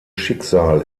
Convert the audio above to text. schicksal